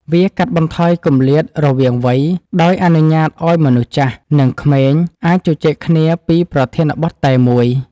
វាកាត់បន្ថយគម្លាតរវាងវ័យ ដោយអនុញ្ញាតឱ្យមនុស្សចាស់ និងក្មេងអាចជជែកគ្នាពីប្រធានបទតែមួយ។